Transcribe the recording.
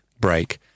break